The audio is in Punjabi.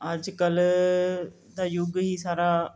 ਅੱਜ ਕੱਲ੍ਹ ਦਾ ਯੁੱਗ ਹੀ ਸਾਰਾ